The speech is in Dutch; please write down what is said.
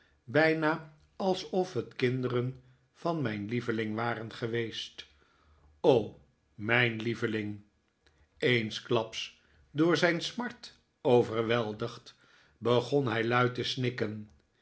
bijna alsof het kinderen van mijn lieveling waren geweest o mijn lieveling eensklaps door zijn smart overweldigd begon hij luid te snikken